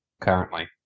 currently